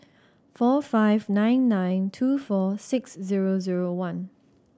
four five nine nine two four six zero zero one